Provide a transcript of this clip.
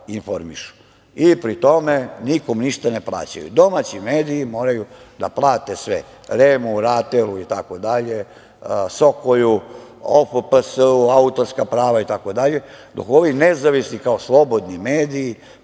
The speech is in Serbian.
i pri tome nikom ništa ne plaćaju. Domaći mediji moraju da plate sve, REM-u, RATEL-u, SOKOJ-u, OFPS-u autorska prava itd, dok ovi nezavisni, kao slobodni mediji,